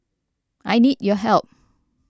I need your help